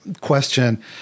question